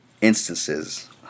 instances